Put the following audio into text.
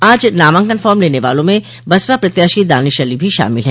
आज नामांकन फार्म लेने वालों में बसपा प्रत्याशी दानिश अली भी शामिल हैं